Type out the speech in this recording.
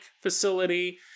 facility